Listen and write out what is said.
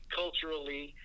culturally